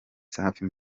safi